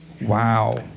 Wow